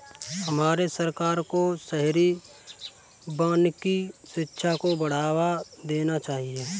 हमारे सरकार को शहरी वानिकी शिक्षा को बढ़ावा देना चाहिए